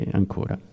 ancora